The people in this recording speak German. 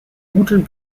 guten